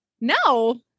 No